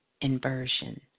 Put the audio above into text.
inversion